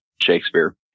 Shakespeare